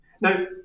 Now